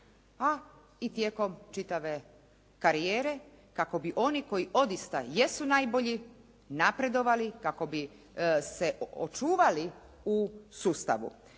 a i tijekom čitave karijere kako bi oni koji odista jesu najbolji napredovali, kako bi se očuvali u sustavu.